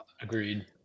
Agreed